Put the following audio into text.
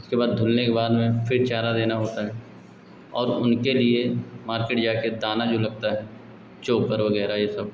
उसके बाद धुलने के बाद में फिर चारा देना होता है और उनके लिए मार्केट जाकर दाना जो लगता है चोकर वग़ैरह यह सब